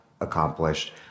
accomplished